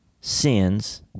sins